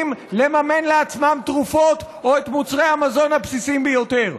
לממן לעצמם תרופות או את מוצרי המזון הבסיסיים ביותר.